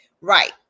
Right